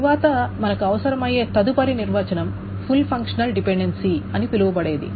తరువాత మనకు అవసరమయ్యే తదుపరి నిర్వచనం ఫుల్ ఫంక్షనల్ డిపెండెన్సీ అని పిలువబడేది